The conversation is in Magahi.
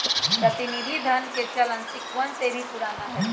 प्रतिनिधि धन के चलन सिक्कवन से भी पुराना हई